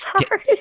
sorry